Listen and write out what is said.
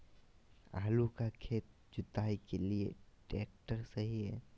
आलू का खेत जुताई के लिए ट्रैक्टर सही है?